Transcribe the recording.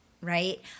right